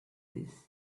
this